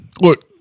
Look